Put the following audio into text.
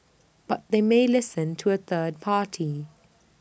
but they may listen to A third party